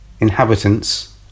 inhabitants